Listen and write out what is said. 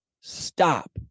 stop